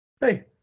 hey